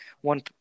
one